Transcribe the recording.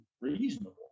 reasonable